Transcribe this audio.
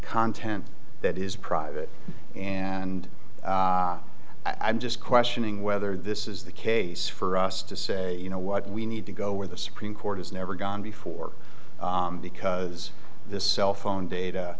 content that is private and i'm just questioning whether this is the case for us to say you know what we need to go where the supreme court has never gone before because the cell phone